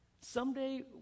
Someday